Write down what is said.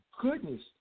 goodness